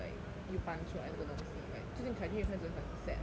又搬出来这个东西 like 最近 kai jun 又开始很 sad about it